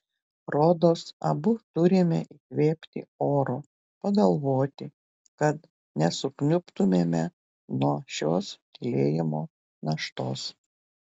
rodos abu turime įkvėpti oro pagalvoti kad nesukniubtumėme nuo šios tylėjimo naštos